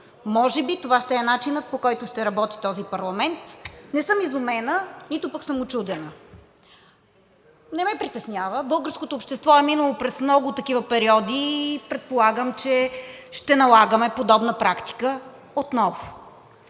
Може би това ще е начинът, по който ще работи този парламент. Не съм изумена, нито пък съм учудена. Не ме притеснява. Българското общество е минало през много такива периоди и предполагам, че ще налагаме подобна практика отново.